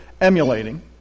emulating